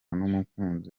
n’umukunzi